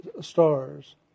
Stars